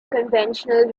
conventional